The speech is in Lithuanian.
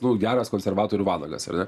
nu geras konservatorių vanagas ar ne